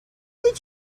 did